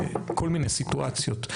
כל מיני סיטואציות,